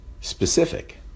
specific